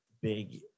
big